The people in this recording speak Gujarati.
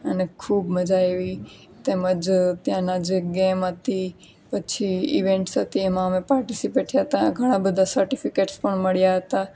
અને ખૂબ મજા આવી તેમજ ત્યાંના જે ગેમ હતી પછી ઇવેન્ટ સાથે એમાં અમે પાર્ટિસિપેટ થયા હતા ઘણા બધા સર્ટિફિકેટ્સ પણ મળ્યા હતા